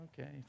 okay